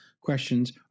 questions